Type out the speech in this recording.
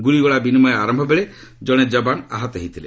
ଗୁଳିଗୋଳା ବିନିମୟ ଆରମ୍ଭବେଳେ ଜଣେ ଯବାନ ଆହତ ହୋଇଥିଲେ